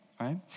right